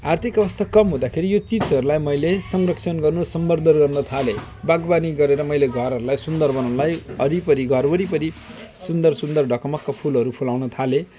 आर्थिक आवस्था कम हुँदाखेरि यो चिजहरूलाई मैले संरक्षण गर्न संवर्धन गर्न थालेँ बागवानी गरेर मैले घरहरूलाई सुन्दर बनाउनलाई वरिपरि घर वरिपरी सुन्दर सुन्दर ढकमक फुलहरू फुलाउन थालेँ